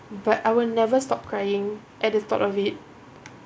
but I will never stop crying at the thought of it